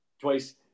Twice